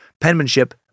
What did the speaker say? penmanship